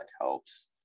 helps